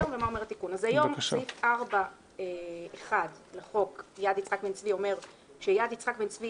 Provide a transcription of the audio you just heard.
אז היום סעיף 4(1) לחוק יד יצחק בן-צבי אומר שיד יצחק בן-צבי